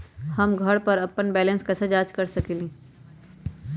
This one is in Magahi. हम घर पर अपन बैलेंस कैसे जाँच कर सकेली?